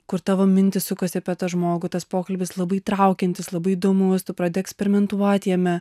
kur tavo mintys sukasi apie tą žmogų tas pokalbis labai įtraukiantis labai įdomus tu pradedi eksperimentuoti jame